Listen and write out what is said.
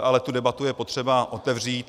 Ale tu debatu je potřeba otevřít.